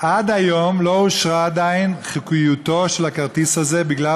עד היום לא אושרה עדיין חוקיותו של הכרטיס הזה בגלל